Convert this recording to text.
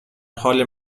حال